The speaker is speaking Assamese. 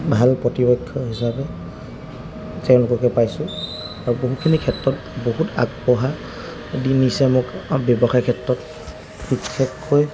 ভাল প্ৰতিপক্ষ হিচাপে তেওঁলোককে পাইছোঁ আৰু বহুখিনি ক্ষেত্ৰত বহুত আগবঢ়া দি নিছে মোক ব্যৱসায় ক্ষেত্ৰত বিশেষকৈ